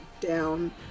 down